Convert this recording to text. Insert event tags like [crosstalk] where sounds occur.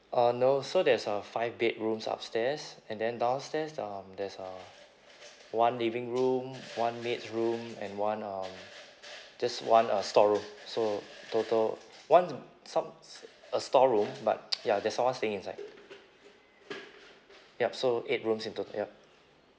uh no so there's uh five bedrooms upstairs and then downstairs um there's uh one living room one maid's room and one um just one uh store room so total one some s~ a store room but [noise] ya there's someone staying inside yup so eight rooms in total yup